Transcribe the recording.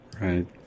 Right